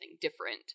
different